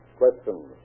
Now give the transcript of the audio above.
questions